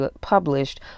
published